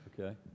okay